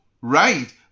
right